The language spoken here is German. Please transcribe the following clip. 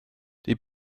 die